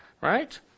right